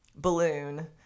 balloon